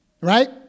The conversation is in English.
right